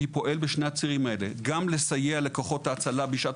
פועל בשני הצירים האלה: גם לסייע לכוחות ההצלה בשעת